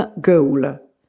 goal